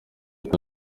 leta